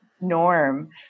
norm